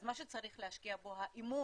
אז מה שצריך להשקיע בו הוא האמון